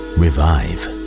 revive